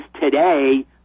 today